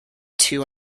two